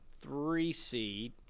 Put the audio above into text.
three-seed